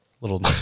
little